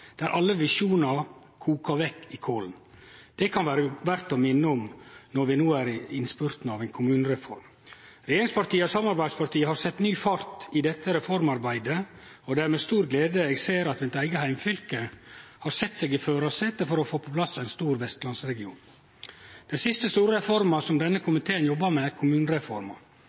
der alle visjonar koka vekk i kålen. Det kan vere verdt å minne om når vi no er i innspurten av ei kommunereform. Regjeringspartia og samarbeidspartia har sett ny fart i dette reformarbeidet, og det er med stor glede eg ser at mitt eige heimfylke har sett seg i førarsetet for å få på plass ein stor vestlandsregion. Den siste store reforma som denne komiteen jobbar med,